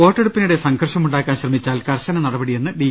വോട്ടെടുപ്പിനിടെ സംഘർഷമുണ്ടാക്കാൻ ശ്രമിച്ചാൽ കർശന നട പടിയെന്ന് ഡി